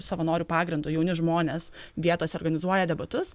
savanorių pagrindu jauni žmonės vietose organizuoja debatus